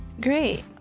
great